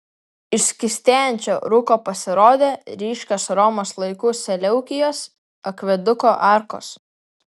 iš skystėjančio rūko pasirodė ryškios romos laikų seleukijos akveduko arkos